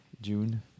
June